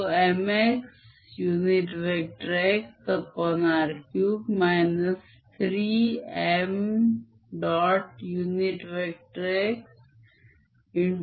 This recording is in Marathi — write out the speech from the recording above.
xxxxyyzzr5mxxr3 3m